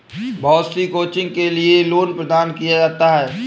बहुत सी कोचिंग के लिये लोन प्रदान किया जाता है